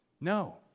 No